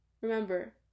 remember